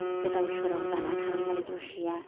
गोदाव सोराव जाना थानांबाय दसेया